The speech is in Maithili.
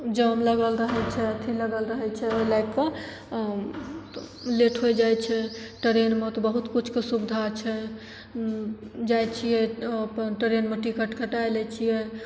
जाम लगल रहै छै अथी लगल रहै छै ओहि लागिके लेट होइ जाइ छै ट्रेनमे तऽ बहुत किछुके सुविधा छै जाइ छिए अपन ट्रेनमे टिकट कटै लै छिए